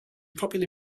popular